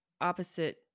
opposite